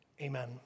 Amen